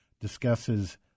discusses